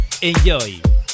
Enjoy